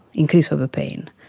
increase of pain.